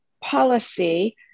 policy